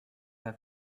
pas